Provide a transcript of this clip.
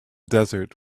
desert